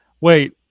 wait